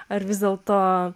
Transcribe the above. ar vis dėlto